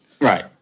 Right